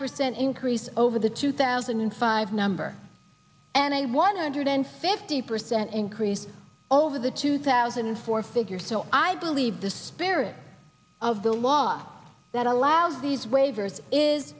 percent increase over the two thousand and five number and a one hundred fifty percent increase over the two thousand and four figure so i believe this spirit of the law that allows these waivers is